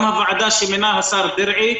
גם הוועדה שמינה השר דרעי,